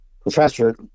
professor